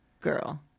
Girl